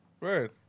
Right